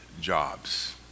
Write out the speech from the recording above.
jobs